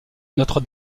notre